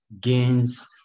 gains